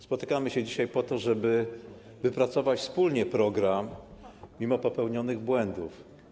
Spotykamy się dzisiaj po to, żeby wypracować wspólnie program mimo popełnionych błędów.